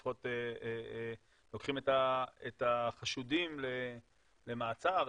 לפחות לוקחים את החשודים למעצר,